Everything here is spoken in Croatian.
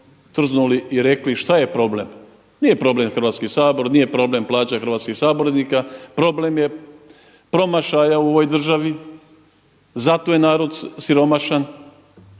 trznuli i rekli šta je problem? Nije problem Hrvatski sabor, nije problem plaća hrvatskih sabornika. Problem je promašaja u ovoj državi. Zato je narod siromašan